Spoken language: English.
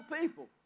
people